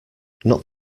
not